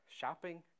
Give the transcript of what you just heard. shopping